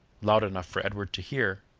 loud enough for edward to hear,